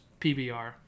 PBR